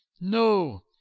No